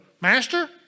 master